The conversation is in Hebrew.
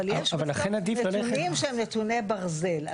יש נותנים שהם נתוני ברזל.